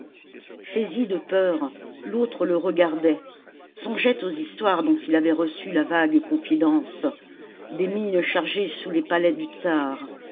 saisi de peur l'autre le regardait songeait aux histoires dont il avait reçu la vague confidence des mines chargées sous les palais du tzar